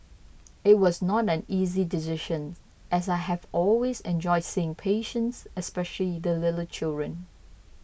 it was not an easy decisions as I have always enjoyed seeing patients especially the little children